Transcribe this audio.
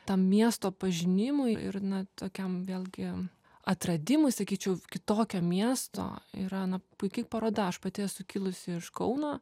tam miesto pažinimui ir na tokiam vėlgi atradimui sakyčiau kitokio miesto yra na puiki paroda aš pati esu kilusi iš kauno